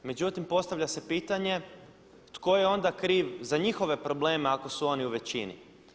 Međutim, postavlja se pitanje tko je onda kriv za njihove probleme ako su oni u većini?